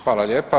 Hvala lijepa.